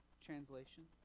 translation